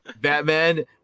Batman